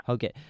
Okay